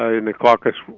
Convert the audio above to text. ah in the caucus,